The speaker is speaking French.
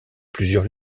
plusieurs